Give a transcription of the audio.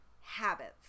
habits